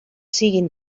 siguin